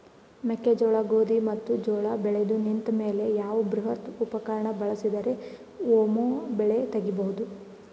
ಮೆಕ್ಕೆಜೋಳ, ಗೋಧಿ ಮತ್ತು ಜೋಳ ಬೆಳೆದು ನಿಂತ ಮೇಲೆ ಯಾವ ಬೃಹತ್ ಉಪಕರಣ ಬಳಸಿದರ ವೊಮೆ ಬೆಳಿ ತಗಿಬಹುದು?